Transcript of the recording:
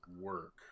work